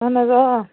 اہن حظ آ